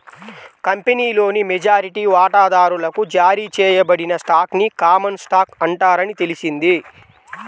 కంపెనీలోని మెజారిటీ వాటాదారులకు జారీ చేయబడిన స్టాక్ ని కామన్ స్టాక్ అంటారని తెలిసింది